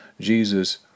Jesus